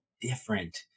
different